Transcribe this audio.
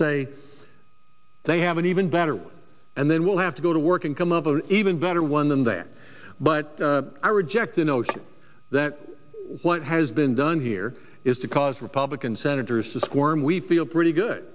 say they have an even better and then we'll have to go to work and come up even better one than that but i reject the notion that what has been done here is to cause republican senators to squirm we feel pretty good